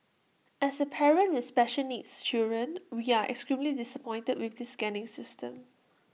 as A parent with special needs children we are extremely disappointed with this scanning system